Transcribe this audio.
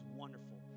wonderful